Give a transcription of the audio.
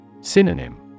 Synonym